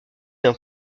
d’un